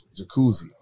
jacuzzi